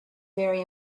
very